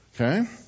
Okay